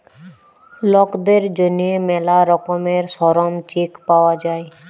লকদের জ্যনহে ম্যালা রকমের শরম চেক পাউয়া যায়